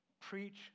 preach